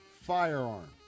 firearm